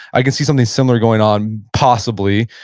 i can see something similar going on, possibly,